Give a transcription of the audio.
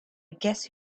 guess